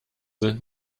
sind